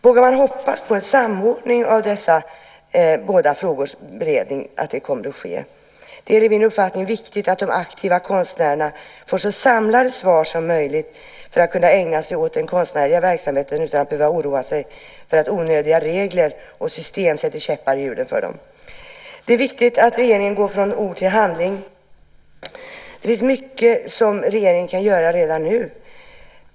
Vågar man hoppas på att en samordning av dessa båda frågors beredning kommer att ske? Enligt min uppfattning är det viktigt att de aktiva konstnärerna får så samlade svar som möjligt för att kunna ägna sig åt den konstnärliga verksamheten utan att behöva oroa sig för att onödiga regler och system sätter käppar i hjulen för dem. Det är viktigt att regeringen går från ord till handling. Det finns mycket som regeringen redan nu kan göra.